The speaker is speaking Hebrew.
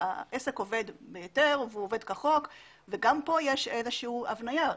העסק עובד בהיתר והוא עובד כחוק וגם כאן יש איזושהי הבניה.